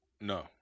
No